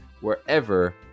wherever